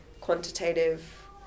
quantitative